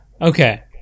Okay